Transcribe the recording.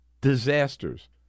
disasters